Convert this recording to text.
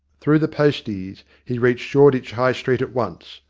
through the posties he reached shoreditch high street at once,